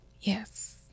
yes